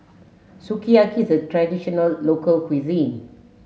sukiyaki is the traditional local cuisine